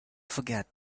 forget